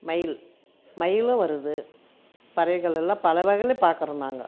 மயில் மயிலும் வருது பறவைகளெல்லாம் பல வகையில் பார்க்கறோம் நாங்கள்